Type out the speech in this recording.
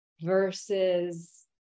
versus